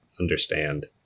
understand